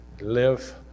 live